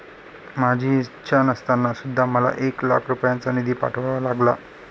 माझी इच्छा नसताना सुद्धा मला एक लाख रुपयांचा निधी पाठवावा लागला